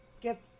get